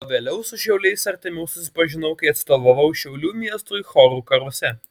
o vėliau su šiauliais artimiau susipažinau kai atstovavau šiaulių miestui chorų karuose